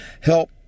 help